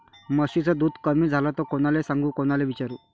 म्हशीचं दूध कमी झालं त कोनाले सांगू कोनाले विचारू?